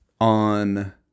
on